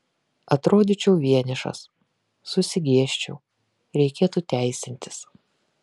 atrodyčiau vienišas susigėsčiau reikėtų teisintis